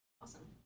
Awesome